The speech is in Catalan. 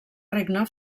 regne